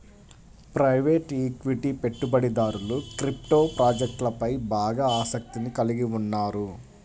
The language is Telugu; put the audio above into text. ప్రైవేట్ ఈక్విటీ పెట్టుబడిదారులు క్రిప్టో ప్రాజెక్ట్లపై బాగా ఆసక్తిని కలిగి ఉన్నారు